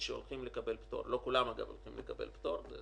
שהולכים לקבל פטור לא כולם אגב הולכים לקבל פטור,